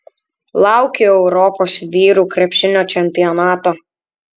laukiu europos vyrų krepšinio čempionato